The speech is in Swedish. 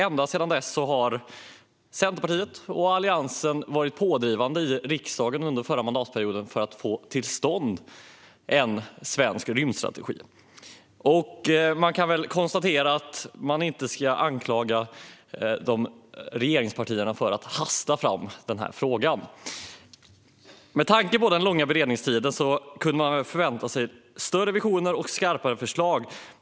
Ända sedan dess har Centerpartiet och Alliansen varit pådrivande i riksdagen för att få till stånd en svensk rymdstrategi. Man kan inte anklaga regeringspartierna för att hasta fram i denna fråga. Med tanke på den långa beredningstiden skulle man kunna förvänta sig större visioner och skarpare förslag.